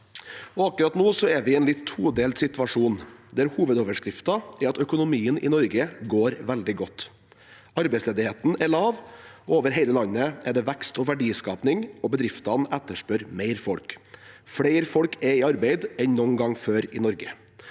Akkurat nå er vi i en litt todelt situasjon, der hovedoverskriften er at økonomien i Norge går veldig godt. Arbeidsledigheten er lav, over hele landet er det vekst og verdiskaping, og bedriftene etterspør mer folk. Flere folk er i arbeid enn noen gang før i Norge.